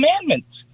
commandments